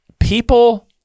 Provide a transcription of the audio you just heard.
People